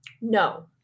No